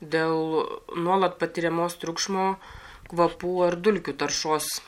dėl nuolat patiriamos triukšmo kvapų ar dulkių taršos